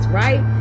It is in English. right